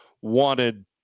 wanted